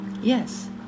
Yes